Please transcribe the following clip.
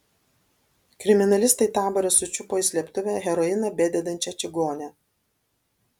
kriminalistai tabore sučiupo į slėptuvę heroiną bededančią čigonę